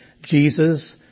Jesus